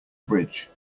bridge